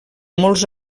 molts